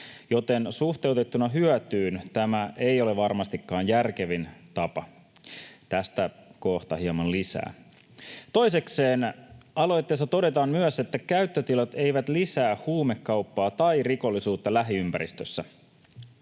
joten suhteutettuna hyötyyn tämä ei ole varmastikaan järkevin tapa. Tästä kohta hieman lisää. Toisekseen aloitteessa todetaan myös, että käyttötilat eivät lisää huumekauppaa tai rikollisuutta lähiympäristössä.